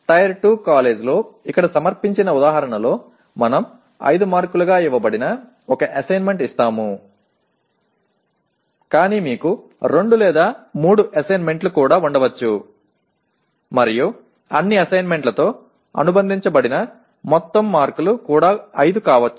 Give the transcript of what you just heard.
tyre 2 కాలేజీలో ఇక్కడ సమర్పించిన ఉదాహరణలో మనం 5 మార్కులుగా ఇవ్వబడిన ఒక అసైన్మెంట్ ఇస్తాను కాని మీకు 2 లేదా 3 అసైన్మెంట్లు కూడా ఉండవచ్చు మరియు అన్ని అసైన్మెంట్లతో అనుబంధించబడిన మొత్తం మార్కులు కూడా 5 కావచ్చు